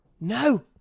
No